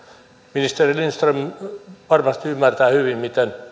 ministeri lindström varmasti ymmärtää hyvin miten